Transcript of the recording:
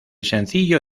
sencillo